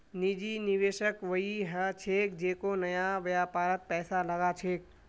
निजी निवेशक वई ह छेक जेको नया व्यापारत पैसा लगा छेक